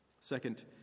Second